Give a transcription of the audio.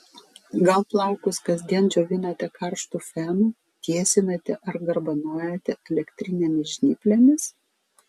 gal plaukus kasdien džiovinate karštu fenu tiesinate ar garbanojate elektrinėmis žnyplėmis